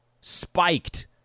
spiked